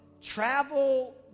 travel